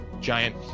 giant